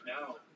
now